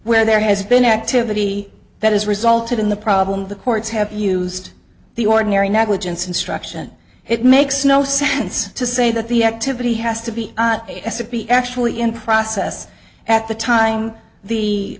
where there has been activity that has resulted in the problem the courts have used the ordinary negligence instruction it makes no sense to say that the activity has to be actually in process at the time